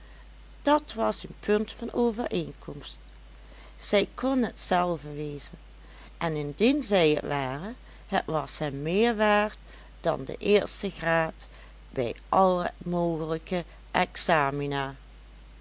dat was een punt van overeenkomst zij kon het zelve wezen en indien zij het ware het was hem meer waard dan de eerste graad bij alle mogelijke examina